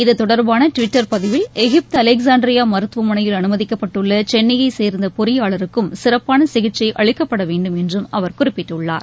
இத்தொடர்பாள Twitter பதிவில் Egypt Alexandria மருத்துவமனையில் அனுமதிக்கப்பட்டுள்ள சென்னைய சேர்ந்த பொறியாளருக்கும் சிறப்பான சிகிச்சை அளிக்கப்பட வேண்டும் என்றும் அவர் குறிப்பிட்டுள்ளார்